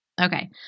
Okay